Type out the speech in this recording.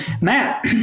Matt